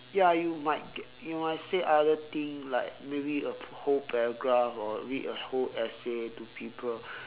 ya you might get you might say other things like maybe a whole paragraph or read a whole essay to people